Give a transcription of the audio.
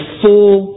full